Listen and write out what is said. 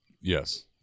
Yes